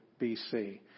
BC